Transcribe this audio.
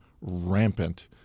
rampant